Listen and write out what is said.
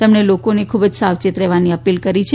તેમણે લોકોને ખૂબ જ સાવચેત રહેવાની અપીલ કરી છે